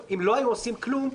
אם לא היינו עושים כלום,